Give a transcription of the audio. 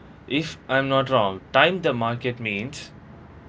if I'm not wrong time the market means